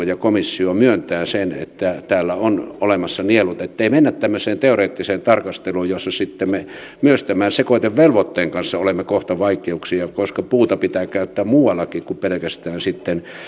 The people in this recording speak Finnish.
ja komissio myöntää sen että täällä on olemassa nielut ettei mennä tämmöiseen teoreettiseen tarkasteluun jossa me myös sekoitevelvoitteen kanssa olemme kohta vaikeuksissa koska puuta pitää käyttää muuallakin kuin pelkästään